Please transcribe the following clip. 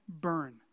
burn